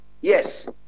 Yes